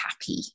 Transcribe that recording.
happy